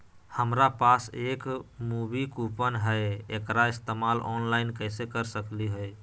हमरा पास एक मूवी कूपन हई, एकरा इस्तेमाल ऑनलाइन कैसे कर सकली हई?